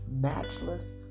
matchless